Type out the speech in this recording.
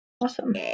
awesome